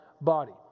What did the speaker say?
body